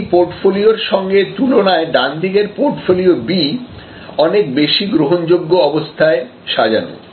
এই পোর্টফোলিওর সঙ্গে তুলনায় ডানদিকের পোর্টফোলিও B অনেক বেশি গ্রহনযোগ্য অবস্থায় সাজানো